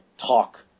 talk